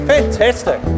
Fantastic